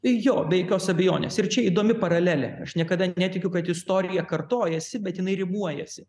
jo be jokios abejonės ir čia įdomi paralelė niekada netikiu kad istorija kartojasi bet jinai rimuojasi